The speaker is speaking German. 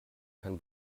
kein